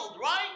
right